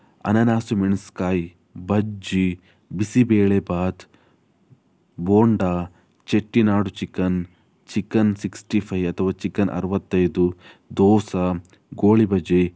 ಅನಾನಸ್ ಮೆಣಸ್ಗಾಯಿ bajji bisibele bath bonda Chettinad chicken chicken sixty five ಅಥವಾ ಚಿಕನ್ ಅರುವತ್ತೈದು ದೋಸೆ ಗೋಳಿಬಜೆ